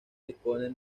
dispone